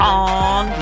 on